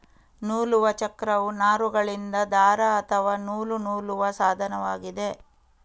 ನೂಲುವ ಚಕ್ರವು ನಾರುಗಳಿಂದ ದಾರ ಅಥವಾ ನೂಲು ನೂಲುವ ಸಾಧನವಾಗಿದೆ